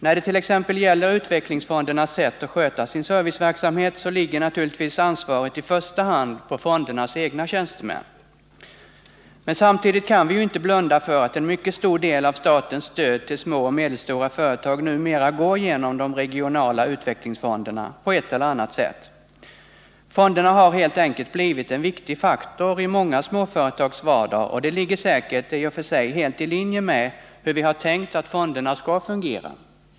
När det t.ex. gäller utvecklingsfondernas sätt att sköta sin serviceverksamhet ligger naturligtvis ansvaret i första hand på fondernas egna tjänstemän. Men samtidigt kan vi ju inte blunda för att en mycket stor del av statens stöd till små och medelstora företag numera går genom de regionala utvecklingsfonderna på ett eller annat sätt. Fonderna har helt enkelt blivit en viktig faktor i många småföretags vardag, och det ligger säkert i och för sig helt i linje med hur det är tänkt att fonderna skall fungera.